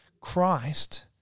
Christ